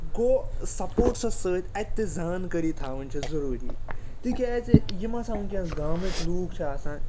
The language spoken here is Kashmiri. گوٚو سَپوٹسہٕ سۭتۍ اَتِچ زانکٲری تھاوٕنۍ چھےٚ ضروٗری تِکیازِ یہِ مہ سَمجھٕے گامٕکۍ لوٗکھ چھِ آسان تِم